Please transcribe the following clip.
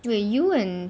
wait you and